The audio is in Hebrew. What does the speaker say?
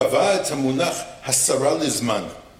וטבע את המונח הסרן הוזמן